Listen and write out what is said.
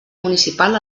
municipal